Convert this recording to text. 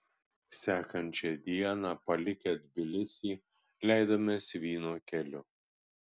sekančią dieną palikę tbilisį leidomės vyno keliu